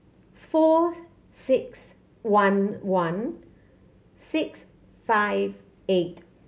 four six one one six five eight